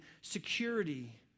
security